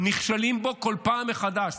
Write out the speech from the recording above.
נכשלים בו כל פעם מחדש,